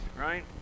right